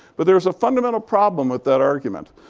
but there's a fundamental problem with that argument.